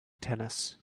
tennis